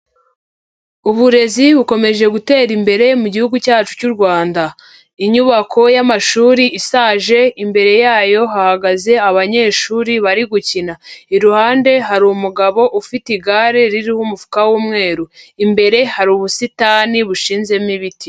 Uburezi bukomeje gutera imbere mu gihugu cyacu cy'u Rwanda, inyubako y'amashuri ishaje imbere yayo hahagaze abanyeshuri bari gukina, iruhande hari umugabo ufite igare ririho umufuka w'umweru, imbere hari ubusitani bushinzemo ibiti.